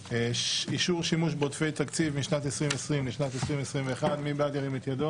אישור שימוש בעודפי תקציב משנת 2020 לשנת 2021. מי בעד?